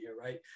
right